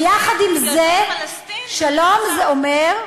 ויחד עם זה, שלום זה אומר,